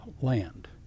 land